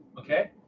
okay